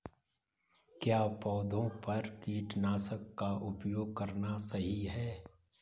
क्या पौधों पर कीटनाशक का उपयोग करना सही है?